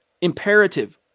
imperative